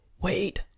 wait